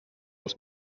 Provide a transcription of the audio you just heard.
els